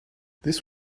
this